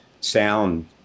sound